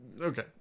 Okay